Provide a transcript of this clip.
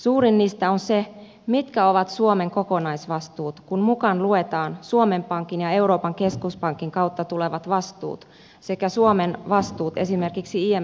suurin niistä on se mitkä ovat suomen kokonaisvastuut kun mukaan luetaan suomen pankin ja euroopan keskuspankin kautta tulevat vastuut sekä suomen vastuut esimerkiksi imfn kautta